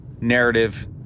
narrative